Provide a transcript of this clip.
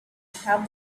have